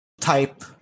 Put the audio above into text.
type